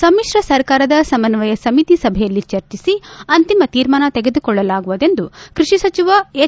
ಸಮಿತ್ರ ಸರ್ಕಾರ ಸಮಸ್ನಯ ಸಮಿತಿ ಸಭೆಯಲ್ಲಿ ಚರ್ಚಿಸಿ ಅಂತಿಮ ತೀರ್ಮಾನ ತೆಗೆದುಕೊಳ್ಳಲಾಗುವುದು ಎಂದು ಕೃಷಿ ಸಚಿವ ಎನ್